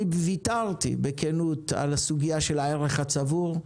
אני ויתרתי, בכנות, על הסוגיה של הערך הצבור,